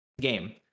game